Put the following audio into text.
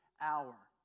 hour